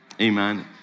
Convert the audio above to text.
amen